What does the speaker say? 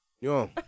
yo